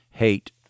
Hate